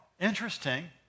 Interesting